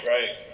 Right